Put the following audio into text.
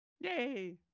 Yay